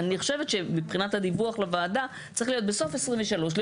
מבחינת הדיווח לוועדה בסוף 2023 צריך